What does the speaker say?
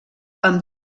amb